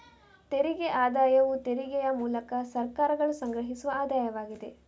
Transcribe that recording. ತೆರಿಗೆ ಆದಾಯವು ತೆರಿಗೆಯ ಮೂಲಕ ಸರ್ಕಾರಗಳು ಸಂಗ್ರಹಿಸುವ ಆದಾಯವಾಗಿದೆ